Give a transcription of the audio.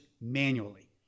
manually